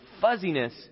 fuzziness